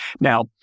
Now